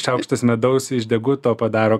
šaukštas medaus iš deguto padaro